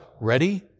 Ready